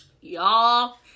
Y'all